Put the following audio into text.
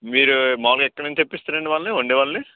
మీరు మామూలుగా ఎక్కడ నుంచి తెప్పిస్తారండి వాళ్ళని వండే వాళ్ళని